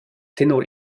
tenor